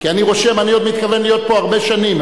כי אני מתכוון להיות פה עוד הרבה שנים.